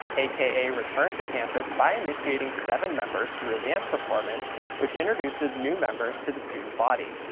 aka returned to campus by initiating seven members through a dance performance which introduces new members to the student body.